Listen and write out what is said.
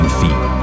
feet